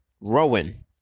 Rowan